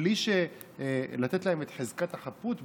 בלי לתת להם את חזקת החפות?